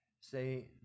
say